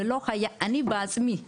אני בעצמי ובכבודי,